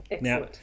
Now